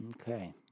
Okay